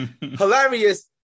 Hilarious